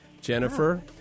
Jennifer